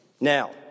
Now